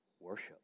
worship